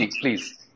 please